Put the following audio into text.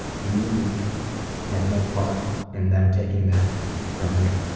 you had no part in them taking that from you.